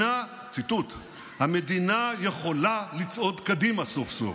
ציטוט: המדינה יכולה לצעוד קדימה סוף-סוף.